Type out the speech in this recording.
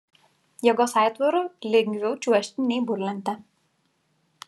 jėgos aitvaru lengviau čiuožti nei burlente